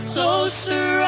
Closer